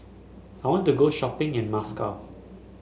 I want to go shopping in Moscow